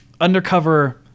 undercover